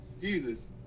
Jesus